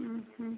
ଉଁ ହୁଁ